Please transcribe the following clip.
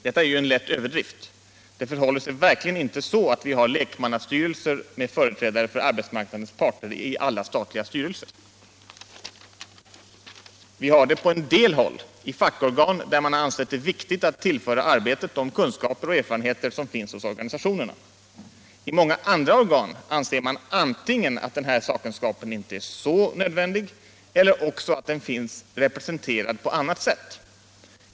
Detta är ju en lätt överdrift —- det förhåller sig verkligen inte så att vi har lekmannastyrelser med företrädare för arbetsmarknadens parter i alla statliga styrelser. Vi har det på en del håll, i fackorgan där man har ansett det viktigt att tillföra arbetet de kunskaper och erfarenheter som finns hos organisationerna. Då det gäller många andra organ anser man antingen att den här sakkunskapen inte är så nödvändig eller också att den finns representerad på annat sätt.